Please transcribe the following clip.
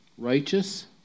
Righteous